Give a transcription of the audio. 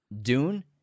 Dune